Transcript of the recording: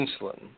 insulin